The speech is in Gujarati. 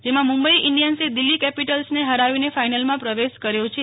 જેમાં મુંબઇ ઈન્ડિયન્સ એ દિલ્હી કેપિટલ્સ ને ફરાવીને ફાઇનલમાં પ્રવેશ કર્યો છે